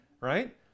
right